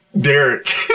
Derek